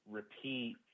repeat